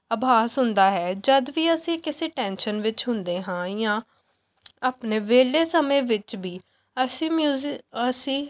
ਆਭਾਸ ਹੁੰਦਾ ਹੈ ਜਦ ਵੀ ਅਸੀਂ ਕਿਸੇ ਟੈਂਸ਼ਨ ਵਿੱਚ ਹੁੰਦੇ ਹਾਂ ਜਾਂ ਆਪਣੇ ਵਿਹਲੇ ਸਮੇਂ ਵਿੱਚ ਵੀ ਅਸੀਂ ਮਿਊਜੀ ਅਸੀਂ